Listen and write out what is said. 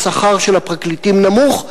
השכר של הפרקליטים נמוך,